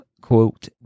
quote